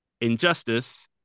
Injustice